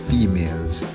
Females